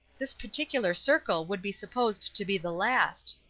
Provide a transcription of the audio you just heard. this particular circle would be supposed to be the last.